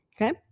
okay